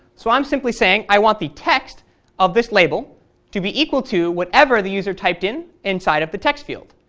so i'm simply saying i want the text of this label to be equal to whatever the user typed in inside of the text field.